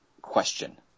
question